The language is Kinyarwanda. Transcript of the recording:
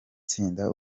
tsinda